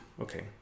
Okay